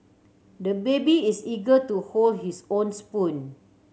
the baby is eager to hold his own spoon